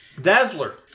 Dazzler